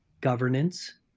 governance